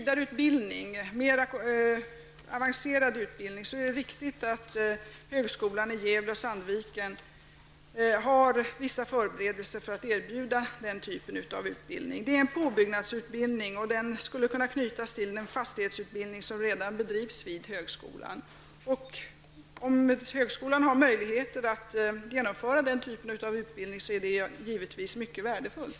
Det är riktigt att högskolan i Gävle/Sandviken har gjort vissa förberedelser för att kunna erbjuda mer avancerad utbildning. Det är fråga om en påbyggnadsutbildning, vilken skulle kunna knytas till den fastighetsutbildning som redan bedrivs vid högskolan. Om högskolan har möjligheter att genomföra den typen av utbildning är det givetvis mycket värdefullt.